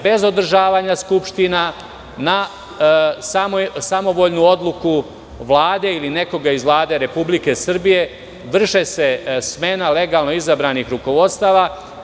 Bez održavanja skupština, na samovoljnu odluku Vlade ili nekoga iz Vlade Republike Srbije, vrši se smena legalno izabranih rukovodstava.